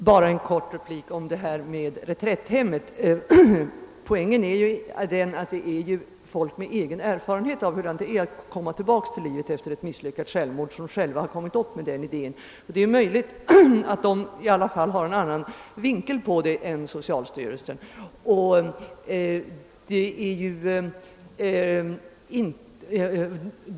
Herr talman! Bara en kort replik om reträtthemmet. Poängen är den, att det är folk med egen erfarenhet av hurdant det är att komma tillbaka till livet efter ett misslyckat självmord som kommit upp med idén, och det är möjligt att de har en annan syn på saken än socialstyrelsen.